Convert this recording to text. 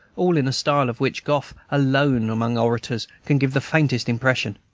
all in a style of which gough alone among orators can give the faintest impression,